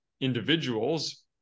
individuals